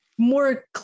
more